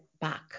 back